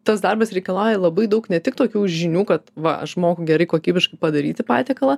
tas darbas reikalauja labai daug ne tik tokių žinių kad va aš moku gerai kokybiškai padaryti patiekalą